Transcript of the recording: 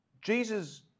Jesus